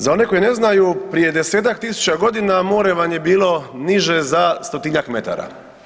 Za one koji ne znaju, prije 10-ak tisuća godina, more vam je bilo niže za stotinjak metara.